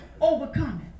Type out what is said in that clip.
overcoming